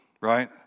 right